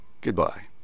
goodbye